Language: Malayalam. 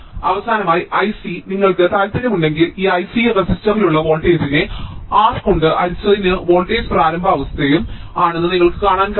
അവസാനമായി Ic നിങ്ങൾക്ക് താൽപ്പര്യമുണ്ടെങ്കിൽ ഈ Ic റെസിസ്റ്ററിലുള്ള വോൾട്ടേജിനെ R കൊണ്ട് ഹരിച്ചതും വോൾട്ടേജ് പ്രാരംഭ അവസ്ഥയും ആണെന്ന് നിങ്ങൾക്ക് കാണാൻ കഴിയും